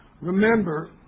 remember